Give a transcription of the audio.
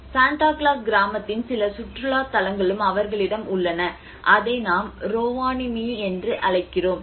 Santa Claus கிராமத்தின் சில சுற்றுலா தலங்களும் அவர்களிடம் உள்ளன அதை நாம் ரோவானிமி என்று அழைக்கிறோம்